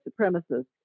supremacists